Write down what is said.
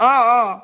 অঁ অঁ